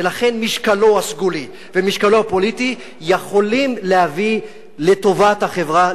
ולכן משקלו הסגולי ומשקלו הפוליטי יכולים להביא לטובת החברה,